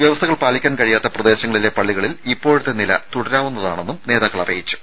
വ്യവസ്ഥകൾ പാലിക്കാൻ കഴിയാത്ത പ്രദേശങ്ങളിലെ പള്ളികളിൽ ഇപ്പോഴത്തെ നില തുടരാവുന്നതാണെന്നും നേതാക്കൾ അറിയിച്ചു